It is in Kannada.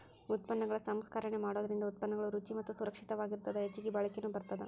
ಉತ್ಪನ್ನಗಳ ಸಂಸ್ಕರಣೆ ಮಾಡೋದರಿಂದ ಉತ್ಪನ್ನಗಳು ರುಚಿ ಮತ್ತ ಸುರಕ್ಷಿತವಾಗಿರತ್ತದ ಹೆಚ್ಚಗಿ ಬಾಳಿಕೆನು ಬರತ್ತದ